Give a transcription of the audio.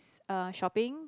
uh shopping